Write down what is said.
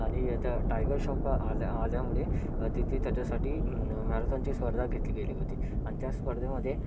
आणि आता टायगर श्रॉफ आल्या आल्यामुळे तिथे त्याच्यासाठी मॅरेथॉनची स्पर्धा घेतली गेली होती आणि त्या स्पर्धेमध्ये